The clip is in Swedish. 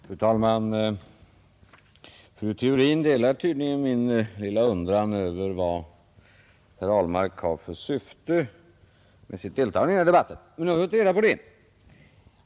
Fru talman! Fru Theorin delar tydligen min lilla undran över vad herr Ahlmark har för syfte med sitt deltagande i den här debatten. Men nu har vi fått reda på det.